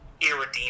irredeemable